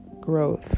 growth